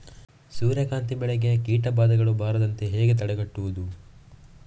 ಸೂರ್ಯಕಾಂತಿ ಬೆಳೆಗೆ ಕೀಟಬಾಧೆಗಳು ಬಾರದಂತೆ ಹೇಗೆ ತಡೆಗಟ್ಟುವುದು?